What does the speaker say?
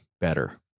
better